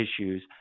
issues